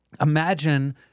imagine